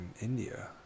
India